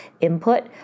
input